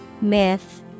Myth